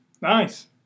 nice